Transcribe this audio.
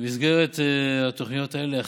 במסגרת התוכניות האלה,